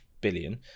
billion